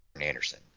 Anderson